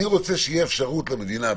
אני רוצה שתהיה אפשרות למדינה,